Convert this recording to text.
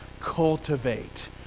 cultivate